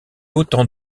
autant